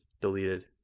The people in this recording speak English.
Deleted